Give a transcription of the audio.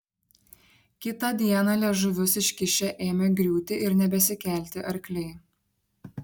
kitą dieną liežuvius iškišę ėmė griūti ir nebesikelti arkliai